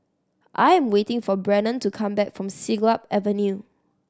I am waiting for Brennan to come back from Siglap Avenue